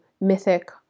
mythic